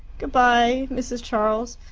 good-bye, mrs. charles.